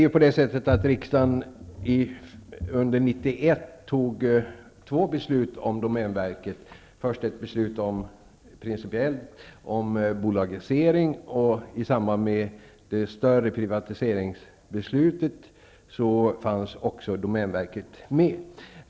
Riksdagen har under 1991 fattat två beslut om domänverket: Först ett principiellt beslut om bolagisering, och i samband med det större privatiseringsbeslutet angående de statliga företagen fanns också domänverket med.